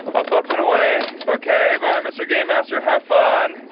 up up and away. okay, bye mr. game master, have fun.